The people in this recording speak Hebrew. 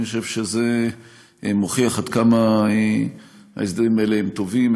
אני חושב שזה מוכיח עד כמה ההסדרים האלה הם טובים,